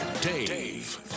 Dave